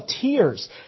tears